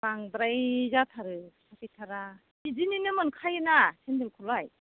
बांद्राय जाथारो फैसा गैथारा बिदिनिनो मोनखायोना सेनदेल खौलाय